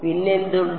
പിന്നെ എന്തുണ്ട്